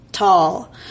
Tall